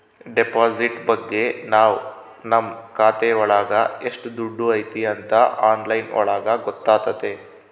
deposit ಬಗ್ಗೆ ನಾವ್ ನಮ್ ಖಾತೆ ಒಳಗ ಎಷ್ಟ್ ದುಡ್ಡು ಐತಿ ಅಂತ ಆನ್ಲೈನ್ ಒಳಗ ಗೊತ್ತಾತತೆ